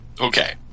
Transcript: Okay